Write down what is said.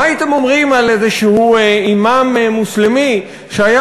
מה הייתם אומרים על איזשהו אימאם מוסלמי שהיה